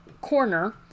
corner